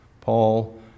Paul